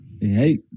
Hey